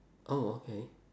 oh okay